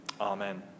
Amen